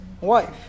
wife